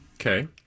Okay